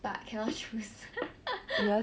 but cannot choose